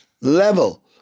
level